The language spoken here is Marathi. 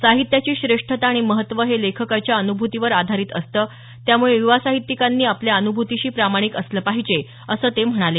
साहित्याची श्रेष्ठता आणि महत्त्व हे लेखकाच्या अनुभूतीवर आधारित असतं त्यामुळे युवा साहित्यिकांनी आपल्या अनुभूतीशी प्रामाणिक असलं पाहिजे असं ते म्हणाले